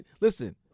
listen